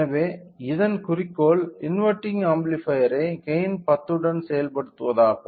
எனவே இதன் குறிக்கோள் இன்வெர்ட்டிங் ஆம்பிளிபையர் ஐ கெய்ன் 10 டன் செயல்படுத்துவதாகும்